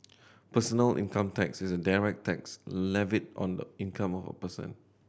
personal income tax is a direct tax levied on the income of a person